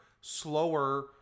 slower